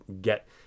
get